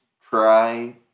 try